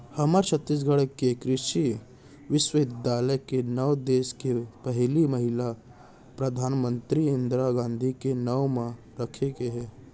हमर छत्तीसगढ़ के कृषि बिस्वबिद्यालय के नांव देस के पहिली महिला परधानमंतरी इंदिरा गांधी के नांव म राखे गे हे